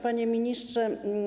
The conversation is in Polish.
Panie Ministrze!